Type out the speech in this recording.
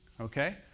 Okay